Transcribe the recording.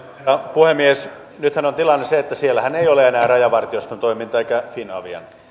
puhemies nythän on tilanne se että siellähän ei ole enää rajavartioston toimintaa eikä finavian